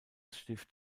stift